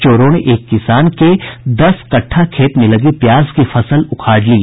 चोरों ने एक किसान के दस कट्ठा खेत में लगी प्याज की फसल उखाड़ ली